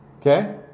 Okay